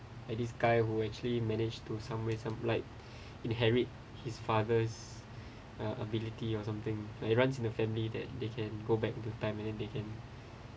like this guy who actually managed to some way some like inherit his father's uh ability or something like it runs in the family that they can go back into time and then they can